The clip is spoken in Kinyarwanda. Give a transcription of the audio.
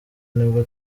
nibwo